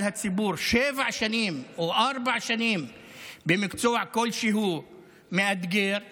הציבור שבע שנים או ארבע שנים במקצוע מאתגר כלשהו,